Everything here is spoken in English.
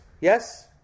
Yes